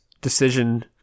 decision-